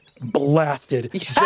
blasted